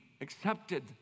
Accepted